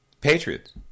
Patriots